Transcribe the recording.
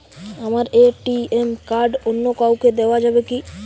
আমার ATM card অন্য কাউকে দেওয়া যাবে কি?